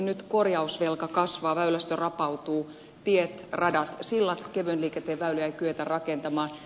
nyt korjausvelka kasvaa väylästö rapautuu tiet radat sillat kevyen liikenteen väyliä ei kyetä rakentamaan